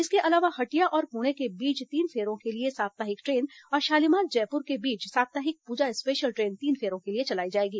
इसके अलावा हटिया और पुणे के बीच तीन फेरों के लिए साप्ताहिक ट्रेन और शालीमार जयपुर के बीच साप्ताहिक पूजा स्पेशल ट्रेन तीन फेरों के लिए चलाई जाएगी